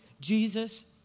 Jesus